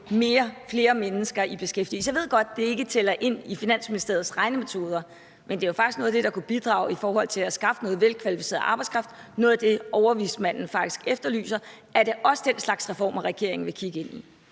flere mennesker i beskæftigelse. Jeg ved godt, at det ikke indgår i Finansministeriets regnemetoder, men det er jo faktisk noget, der kunne bidrage til at skaffe noget velkvalificeret arbejdskraft – noget af det, overvismanden faktisk efterlyser. Er det også den slags reformer, regeringen vil kigge ind i?